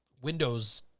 windows